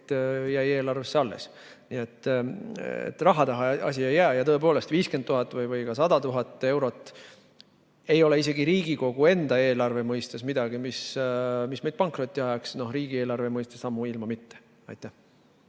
jäi eelarvesse alles. Nii et raha taha asi ei jää. Tõepoolest, 50 000 või ka 100 000 eurot ei ole isegi Riigikogu enda eelarve mõistes midagi, mis meid pankrotti ajaks, riigieelarve mõistes ammugi mitte. Aitäh!